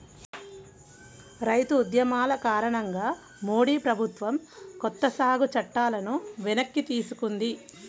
రైతు ఉద్యమాల కారణంగా మోడీ ప్రభుత్వం కొత్త సాగు చట్టాలను వెనక్కి తీసుకుంది